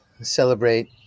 celebrate